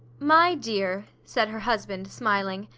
my dear, said her husband, smiling,